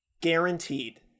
guaranteed